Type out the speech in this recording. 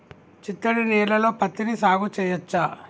చిత్తడి నేలలో పత్తిని సాగు చేయచ్చా?